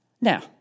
Now